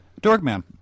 Dorkman